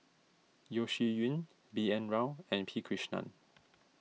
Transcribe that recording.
Yeo Shih Yun B N Rao and P Krishnan